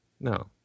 no